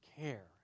care